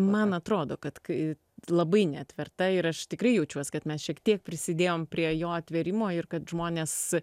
man atrodo kad kai labai neatverta ir aš tikrai jaučiuos kad mes šiek tiek prisidėjom prie jo atvėrimo ir kad žmonės